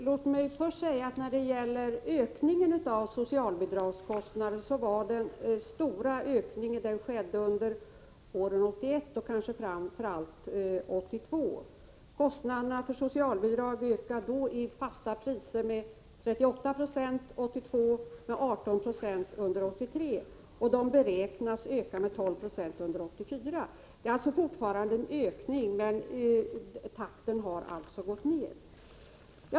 Herr talman! Den stora' ökningen av socialbidragskostnaderna skedde under åren 1981 och, kanske framför allt, 1982. Kostnaderna för socialbidragen ökade i fasta priser med 38 96 under 1982 och med 18 96 under 1983. De beräknas öka med 12 96 under 1984. Det är alltså fortfarande en ökning, men takten har gått ned.